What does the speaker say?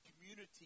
community